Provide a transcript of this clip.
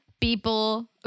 people